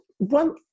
One